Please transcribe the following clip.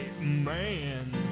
man